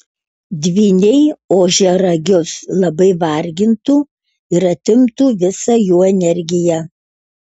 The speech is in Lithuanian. dvyniai ožiaragius labai vargintų ir atimtų visą jų energiją